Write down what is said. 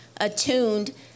attuned